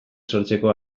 sortzeko